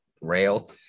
rail